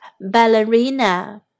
Ballerina